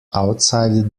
outside